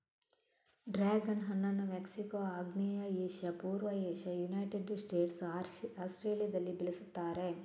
dragon ಹಣ್ಣನ್ನು Mexico, ಆಗ್ನೇಯ Asia, ಪೂರ್ವ ಏಷ್ಯಾ, ಯುನೈಟೆಡ್ ಸ್ಟೇಟ್ಸ್, ಆಸ್ಟ್ರೇಲಿಯಾದಲ್ಲಿ ಬೆಳೆಸುತ್ತಾರೆ